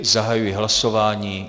Zahajuji hlasování.